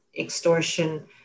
extortion